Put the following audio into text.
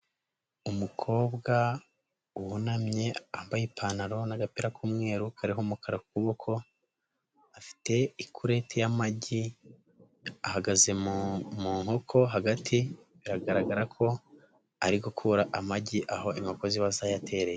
Umukobwa wunamye, wambaye ipantaro n'agapira k'umweru kariho umukara ukuboko, afite ikureti y'amagi, ahagaze mu mu nkoko hagati, biragaragara ko ari gukura amagi aho inkoko ziba zayatereye.